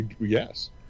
yes